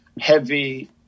heavy